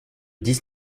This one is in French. dix